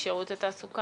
גל משירות התעסוקה?